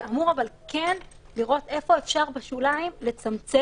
זה אמור לראות איפה אפשר בשוליים לצמצם.